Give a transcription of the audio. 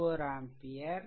64 ampere